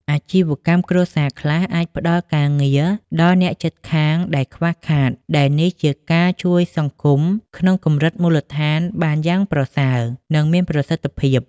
អាជីវកម្មគ្រួសារខ្លះអាចផ្ដល់ការងារដល់អ្នកជិតខាងដែលខ្វះខាត ដែលនេះជាការជួយសង្គមក្នុងកម្រិតមូលដ្ឋានបានយ៉ាងប្រសើរ និងមានប្រសិទ្ធភាព។